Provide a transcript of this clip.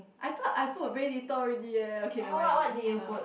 I thought I put very little already eh okay nevermind nevermind ah